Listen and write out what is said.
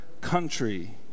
country